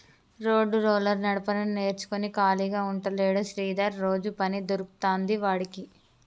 road roller నడపడం నేర్చుకుని ఖాళీగా ఉంటలేడు శ్రీధర్ రోజు పని దొరుకుతాంది వాడికి